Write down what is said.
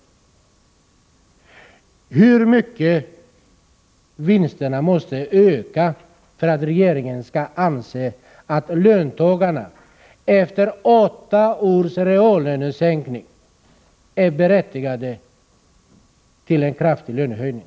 Och hur mycket måste vinsterna öka för att regeringen skall anse att löntagarna efter åtta års reallönesänkning är berättigade till en kraftig lönehöjning?